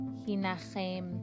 Hinachem